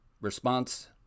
Response